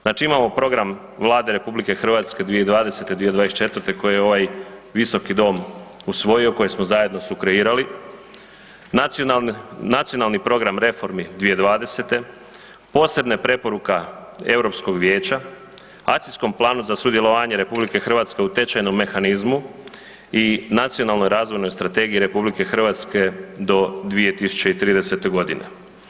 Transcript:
Znači imamo program Vlade RH 2020.-2024. koji je ovaj visoki dom usvojio koji smo zajedno sukreirali, Nacionalni program reformi 2020.-te, posebne preporuka Europskog vijeća Akcijskom planu za sudjelovanje RH u tečajnom mehanizmu i Nacionalnoj razvojnoj strategiji RH do 2030. godine.